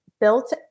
built